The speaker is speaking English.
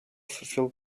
filled